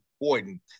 important